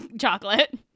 Chocolate